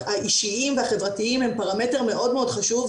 האישיים והחברתיים הם פרמטר מאוד מאוד חשוב,